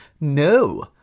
No